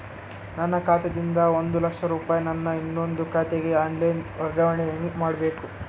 ನನ್ನ ಖಾತಾ ದಿಂದ ಒಂದ ಲಕ್ಷ ರೂಪಾಯಿ ನನ್ನ ಇನ್ನೊಂದು ಖಾತೆಗೆ ಆನ್ ಲೈನ್ ವರ್ಗಾವಣೆ ಹೆಂಗ ಮಾಡಬೇಕು?